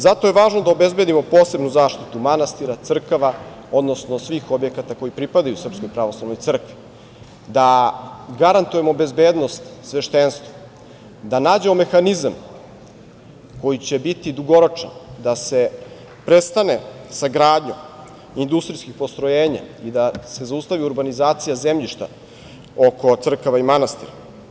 Zato je važno da obezbedimo posebnu zaštitu manastira, crkava, odnosno svih objekata koji pripadaju Srpskoj pravoslavnoj crkvi, da garantujemo bezbednost sveštenstvu, da nađemo mehanizam koji će biti dugoročan, da se prestane sa gradnjom industrijskih postrojenja i da se zaustavi urbanizacija zemljišta oko crkava i manastira.